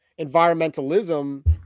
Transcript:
environmentalism